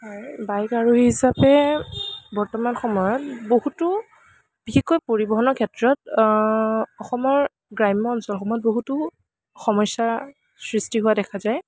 হয় বাইক আৰোহী হিচাপে বৰ্তমান সময়ত বহুতো বিশেষকৈ পৰিবহণৰ ক্ষেত্ৰত অসমৰ গ্ৰাম্য় অঞ্চলসমূহত বহুতো সমস্য়াৰ সৃষ্টি হোৱা দেখা যায়